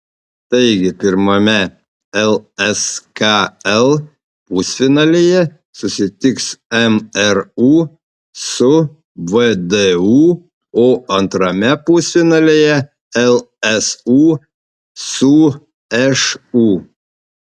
taigi pirmame lskl pusfinalyje susitiks mru su vdu o antrame pusfinalyje lsu su šu